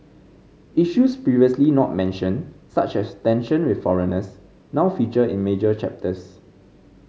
issues previously not mentioned such as tension with foreigners now feature in major chapters